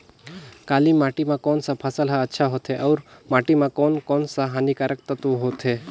काली माटी मां कोन सा फसल ह अच्छा होथे अउर माटी म कोन कोन स हानिकारक तत्व होथे?